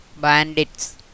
bandits